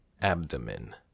Abdomen